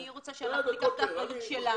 אני רוצה שאנחנו ניקח את האחריות שלנו.